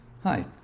Hi